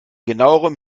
genauerem